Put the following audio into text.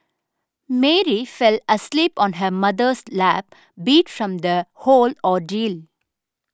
Mary fell asleep on her mother's lap beat from the whole ordeal